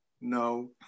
No